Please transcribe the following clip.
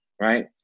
Right